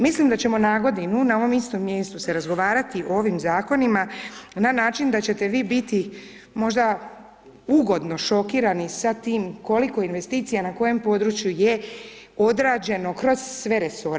Mislim da ćemo na godinu, na ovom istom mjestu se razgovarati o ovim zakonima, na način da ćete vi biti možda ugodno šokirani sa tim, koliko investicija, na kojem području je odrađeno kroz sve resore.